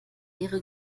ihre